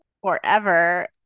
forever